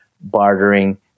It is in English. bartering